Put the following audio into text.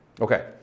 Okay